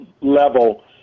level